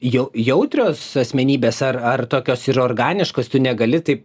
jau jautrios asmenybės ar ar tokios ir organiškos tu negali taip